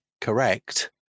correct